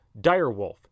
direwolf